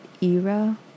era